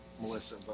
Melissa